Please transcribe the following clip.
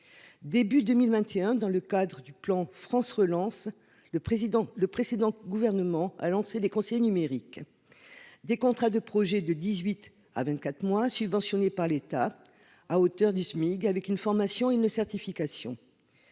début 2021, dans le cadre du plan France relance le président, le précédent gouvernement a lancé des conseillers numériques, des contrats de projets de 18 à 24 mois, subventionné par l'État à hauteur du SMIG avec une formation, une certification,